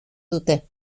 dute